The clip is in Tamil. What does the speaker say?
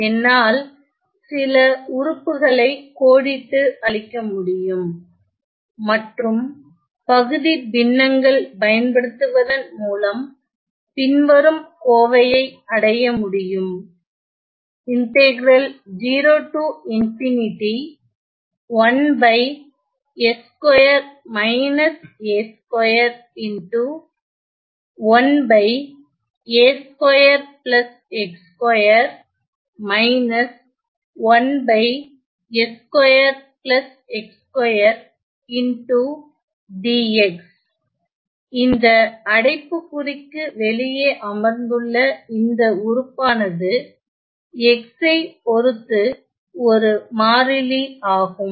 என்னால் சில உறுப்புகளை கோடிட்டு அழிக்க முடியும் மற்றும் பகுதிப் பின்னங்கள் பயன்படுத்துவதன் மூலம் பின்வரும் கோவையை அடைய முடியும் இந்த அடைப்புக்குறிக்கு வெளியே அமர்ந்துள்ள இந்த உறுப்பானது x ஐ பொறுத்து ஒரு மாறிலி ஆகும்